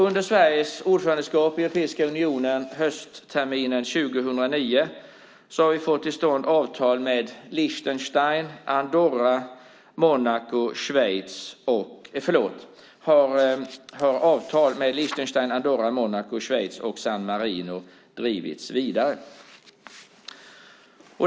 Under Sveriges ordförandeskap i Europeiska unionen höstterminen 2009 har avtal med Liechtenstein, Andorra, Monaco, Schweiz och San Marino drivits vidare.